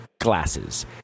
glasses